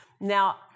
Now